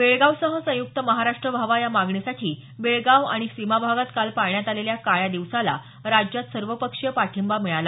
बेळगावसह संयुक्त महाराष्ट्र व्हावा या मागणीसाठी बेळगाव आणि सीमा भागात काल पाळण्यात आलेल्या काळ्या दिवसाला राज्यात सर्वपक्षीय पाठिंबा मिळाला